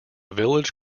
village